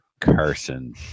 Carson